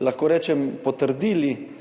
lahko rečem, potrdili